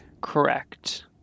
correct